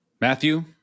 Matthew